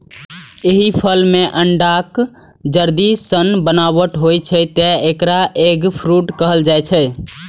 एहि फल मे अंडाक जर्दी सन बनावट होइ छै, तें एकरा एग फ्रूट कहल जाइ छै